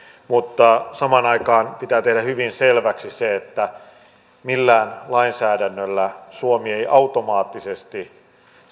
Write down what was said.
mutta samaan aikaan pitää tehdä hyvin selväksi se että millään lainsäädännöllä suomi ei automaattisesti